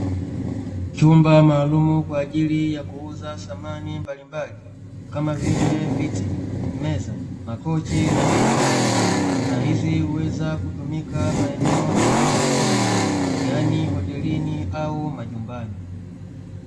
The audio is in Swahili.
Chumba maalumu kwa ajili ya kuuza samani mbalimbali kama vile viti, meza, makochi na mito yake. Bidhaa hizi huweza kutumika maeneo tofautitofauti yaani hotelini au majumbani.